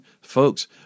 folks